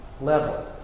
level